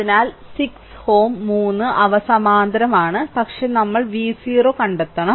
അതിനാൽ 6 Ω 3 അവ സമാന്തരമാണ് പക്ഷേ നമ്മൾ v 0 കണ്ടെത്തണം